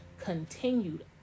continued